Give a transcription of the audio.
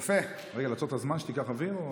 רגע, לעצור את הזמן, שתיקח אוויר?